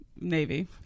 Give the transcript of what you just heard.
Navy